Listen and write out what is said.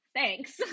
thanks